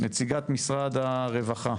נציגת משרד הרווחה,